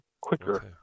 quicker